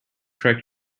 correct